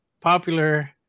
popular